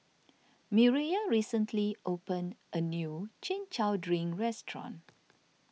Mireya recently opened a new Chin Chow Drink restaurant